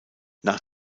nach